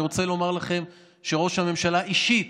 אני רוצה לומר לכם שראש הממשלה אישית